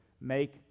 make